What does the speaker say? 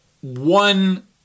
one